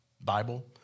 Bible